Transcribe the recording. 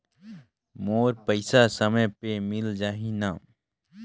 मोर पइसा समय पे मिल जाही न?